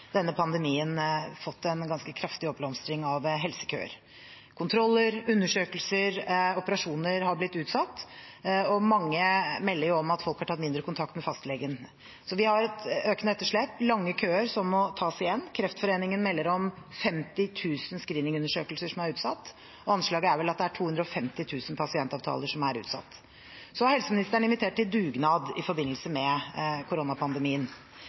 helsekøer. Kontroller, undersøkelser og operasjoner har blitt utsatt, og mange melder om at folk har tatt mindre kontakt med fastlegen, så vi har et økende etterslep og lange køer som må tas igjen. Kreftforeningen melder om 50 000 screeningundersøkelser som er utsatt. Anslaget er vel at det er 250 000 pasientavtaler som er utsatt. Helseministeren har invitert til dugnad i forbindelse med koronapandemien,